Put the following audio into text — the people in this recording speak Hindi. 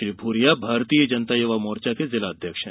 श्री भूरिया भारतीय जनता युवा मोर्चा के जिला अध्यक्ष हैं